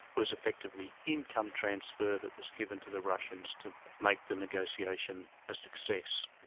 was effectively income transfer that was given to the russians to make the negotiation a success.